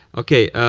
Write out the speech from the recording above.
okay.